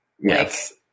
Yes